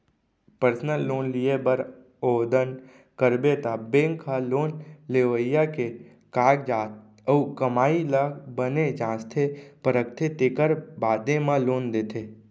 personal loan लिये बर ओवदन करबे त बेंक ह लोन लेवइया के कागजात अउ कमाई ल बने जांचथे परखथे तेकर बादे म लोन देथे